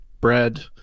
bread